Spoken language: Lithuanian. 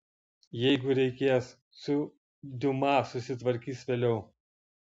jeigu reikės su diuma susitvarkys vėliau